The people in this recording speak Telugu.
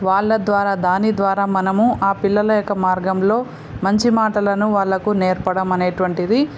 వాళ్ళ ద్వారా దాని ద్వారా మనము ఆ పిల్లల యొక్క మార్గంలో మంచి మాటలను వాళ్ళకు నేర్పడం అనేటటువంటిది